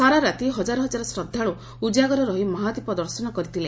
ସାରାରାତି ହଜାର ହଜାର ଶ୍ରଦ୍ବାଳୁ ଉଜାଗର ରହି ମହାଦୀପ ଦର୍ଶନ କରିଖଥିଲେ